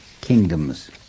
kingdoms